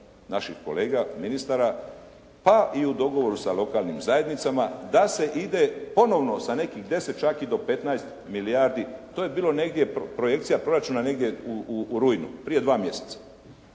naših kolega ministara, pa i u dogovoru sa lokalnim zajednicama da se ide ponovno sa nekih 10, čak i do 15 milijardi. To je bilo projekcija proračuna negdje u rujnu prije dva mjeseca.